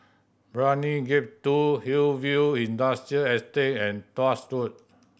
Brani Gate Two Hillview Industrial Estate and Tuas Road